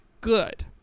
good